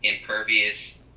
impervious